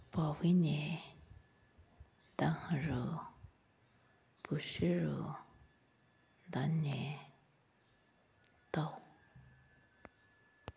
ꯄꯥꯎꯍꯨꯏꯅꯦ ꯇꯍꯥꯔꯨ ꯄꯨꯁꯤꯔꯨ ꯙꯅꯦ ꯇꯧ